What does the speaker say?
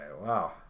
wow